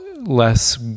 less